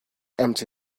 empty